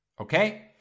Okay